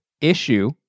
issue